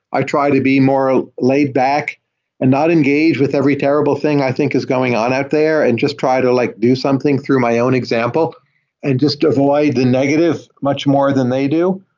i try to be more ah laid-back and not engage with every terrible thing i think is going on out there and just try to like do something through my own example and just avoid the negative much more than they do.